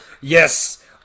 yes